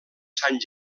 sant